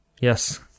yes